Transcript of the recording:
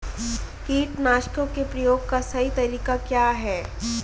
कीटनाशकों के प्रयोग का सही तरीका क्या है?